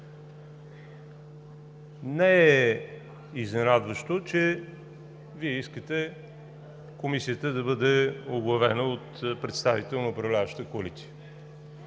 не е изненадващо, че Вие искате Комисията да бъде оглавена от представител на управляващата коалиция.